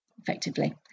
effectively